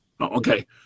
okay